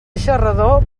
xarrador